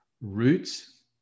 roots